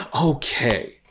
Okay